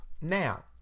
Now